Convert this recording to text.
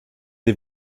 des